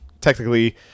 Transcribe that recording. technically